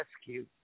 rescue